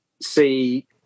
see